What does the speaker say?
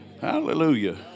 Hallelujah